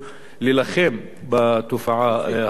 להילחם בתופעה הזאת.